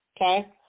okay